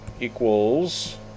equals